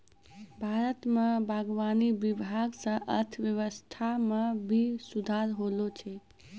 भारत मे बागवानी विभाग से अर्थव्यबस्था मे भी सुधार होलो छै